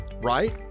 Right